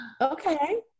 okay